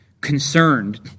concerned